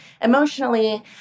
emotionally